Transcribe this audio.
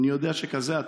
אני יודע שכזה אתה,